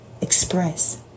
express